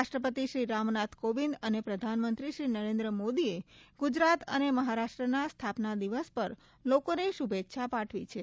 રાષ્ટ્રપતિ શ્રી રામનાથ કોવિંદ અને પ્રધાનમંત્રી શ્રી નરેન્દ્ર મોદીએ ગુજરાત અને મહારાષ્ટ્રના સ્થાપના દિવસ પર લોકોને શુભેચ્છા પાઠવી છે